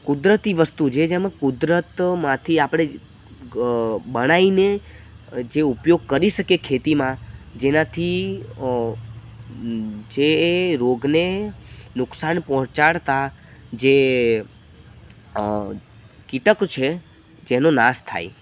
કુદરતી વસ્તુ જે જેમાં કુદરતમાંથી આપણે બનાવીને જે ઉપયોગ કરી શકીએ ખેતીમાં જેનાથી જે રોગને નુકશાન પહોંચાડતા જે કીટક છે જેનો નાશ થાય